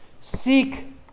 seek